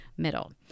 middle